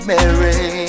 Mary